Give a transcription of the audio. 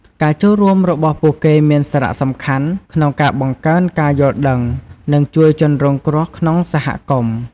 ការចូលរួមរបស់ពួកគេមានសារៈសំខាន់ក្នុងការបង្កើនការយល់ដឹង និងជួយជនរងគ្រោះក្នុងសហគមន៍។